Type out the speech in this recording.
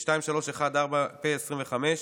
פ/2314/25,